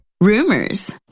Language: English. rumors